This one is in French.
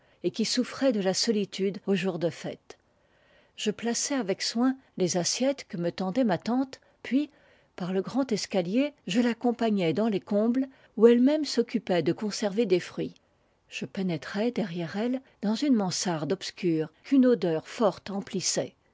et qui souffrait de la solitude aux jours de fête je plaçai avec soin les assiettes que me tendait ma tante puis par le grand escalier je l'accompagnai dans les combles où elle-même s'occupait de conserver des fruits je pénétrai derrière elle dans une mansarde obscure qu'une odeur forte emplissait